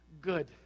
good